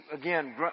again